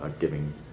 giving